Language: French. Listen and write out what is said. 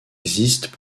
existent